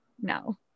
no